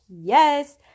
yes